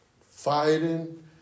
fighting